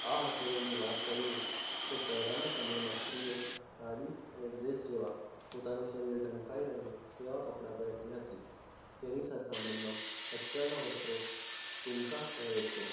આ અસરોની વાત કરીએ તો પહેલાંના સમયમાં સ્ત્રીઓ સાડી અને ડ્રેસ જેવા પોતાનું શરીર ઢંકાઈ રહે તેવાં કપડાં પહેરતી હતી તેની સરખામણીમાં અત્યારના વસ્ત્રો ટૂંકા પહેરે છે